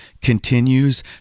continues